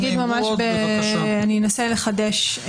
אני אנסה לחדש.